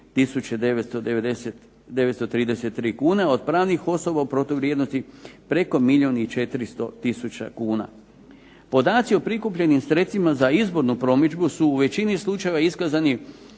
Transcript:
933 kune od pravnih osoba u protuvrijednosti preko milijun i 400 tisuća kuna. Podaci o prikupljenim sredstvima za izbornu promidžbu su u većini slučajeva iskazani